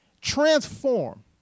transform